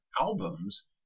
albums